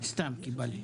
סתם כי בא לי.